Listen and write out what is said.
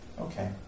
Okay